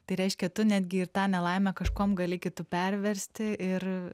tai reiškia tu netgi ir tą nelaimę kažkuom gali kitu perversti ir